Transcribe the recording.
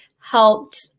helped